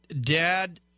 Dad